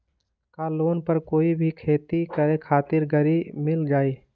का लोन पर कोई भी खेती करें खातिर गरी मिल जाइ?